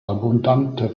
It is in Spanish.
abundante